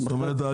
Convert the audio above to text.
זאת אומרת,